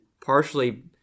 partially